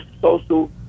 social